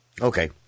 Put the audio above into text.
Okay